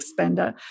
expender